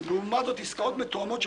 אולי מרמה והפרת אמונים,